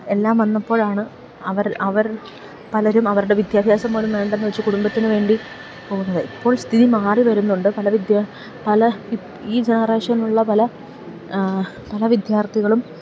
എല്ലാം വന്നപ്പോഴാണ് അവരല് അവർ പലരും അവരുടെ വിദ്യാഭ്യാസം പോലും വേണ്ടെന്നുവച്ച് കുടുംബത്തിനുവേണ്ടി പോവുന്നത് ഇപ്പോൾ സ്ഥിതി മാറി വരുന്നുണ്ട് പല ഈ ജനറേഷനിലുള്ള പല പല വിദ്യാർത്ഥികളും